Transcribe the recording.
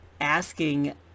asking